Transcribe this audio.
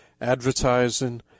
advertising